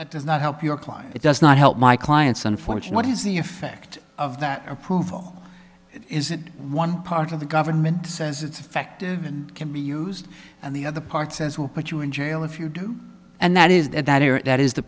does not help your client it does not help my clients unfortunate is the effect of that approval is one part of the government says it's effective and can be used and the other parts as well put you in jail if you do and that is that that is th